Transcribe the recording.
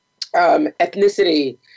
ethnicity